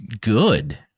good